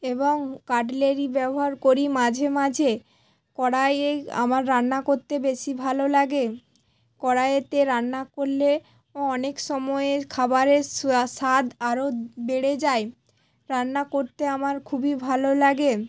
এবং কাটলেরি ব্যবহার করি মাঝে মাঝে কড়াইয়ে আমার রান্না করতে বেশি ভালো লাগে কড়াইয়ে রান্না করলে অনেক সময় খাবারের স্বাদ আরও বেড়ে যায় রান্না করতে আমার খুবই ভালো লাগে